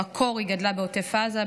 במקור היא גדלה בעוטף עזה,